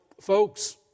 folks